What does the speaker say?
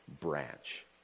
branch